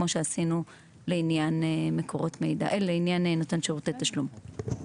כמו שעשינו לעניין נותן שירותי תשלום.